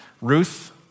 Ruth